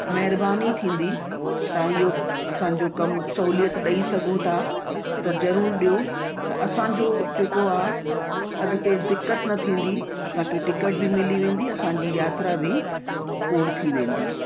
महिरबानी थींदी तव्हां इहो असांजो कमु सहूलियत ॾई सघो था त ज़रूरु ॾियो त असांजो जेको आहे अॻिते दिक़त न थींदी असांखे टिकट बि मिली वेंदी असांजी यात्रा बि पूर्ण थी वेंदी